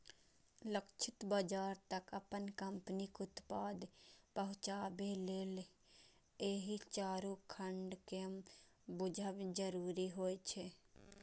लक्षित बाजार तक अपन कंपनीक उत्पाद पहुंचाबे लेल एहि चारू खंड कें बूझब जरूरी होइ छै